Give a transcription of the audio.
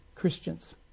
Christians